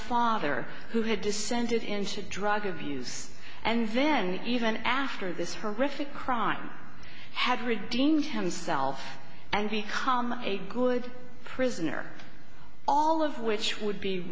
flogger who had descended into drug abuse and then even after this horrific crime had redeemed himself and become a good prisoner all of which would be